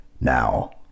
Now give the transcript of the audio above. Now